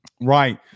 Right